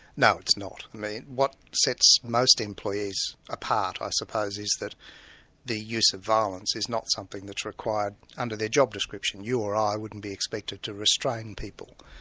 no, it's not. what sets most employees apart, i suppose, is that the use of violence is not something which required under their job description you or i wouldn't be expected to restrain people.